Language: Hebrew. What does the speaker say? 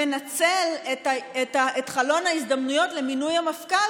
מנצל את חלון ההזדמנויות למינוי המפכ"ל